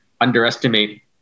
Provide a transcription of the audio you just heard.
underestimate